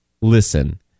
listen